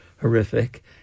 horrific